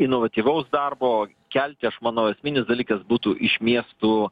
inovatyvaus darbo kelti aš manau esminis dalykas būtų iš miestų